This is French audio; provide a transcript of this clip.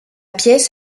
pièce